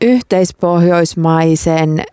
Yhteispohjoismaisen